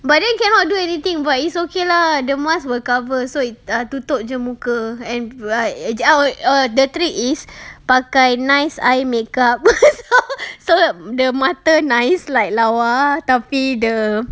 but then cannot do anything but it's okay lah the mask will cover so i~ uh tutup jer muka and li~ ad~ the trick is pakai nice eye makeup so the mata nice like lawa the